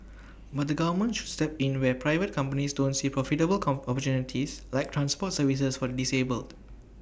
but the government should step in where private companies don't see profitable come opportunities like transport services for the disabled